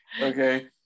Okay